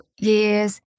years